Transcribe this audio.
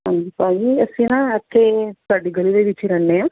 ਹਾਂਜੀ ਕੋਣ ਜੀ ਅਸੀਂ ਨਾ ਇੱਥੇ ਤੁਹਾਡੀ ਗਲੀ ਦੇ ਵਿੱਚ ਰਹਿੰਦੇ ਹਾਂ